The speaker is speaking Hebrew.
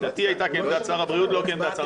עמדתי הייתה כעמדת שר הבריאות ולא כעמדת שר